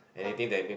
how